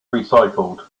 recycled